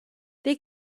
they